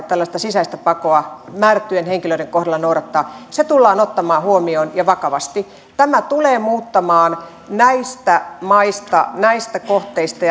tällaista sisäistä pakoa määrättyjen henkilöiden kohdalla noudattaa tullaan ottamaan huomioon ja vakavasti tämä tulee muuttamaan näistä maista näistä kohteista